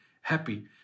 happy